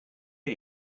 get